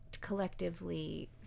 collectively